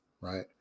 right